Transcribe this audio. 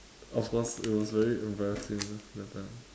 of course it was very embarrassing that time